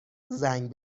زنگ